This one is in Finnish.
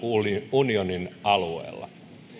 unionin alueella